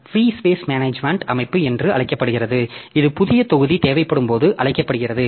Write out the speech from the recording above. free space management அமைப்பு என்று அழைக்கப்படுகிறது இது புதிய தொகுதி தேவைப்படும்போது அழைக்கப்படுகிறது